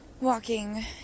walking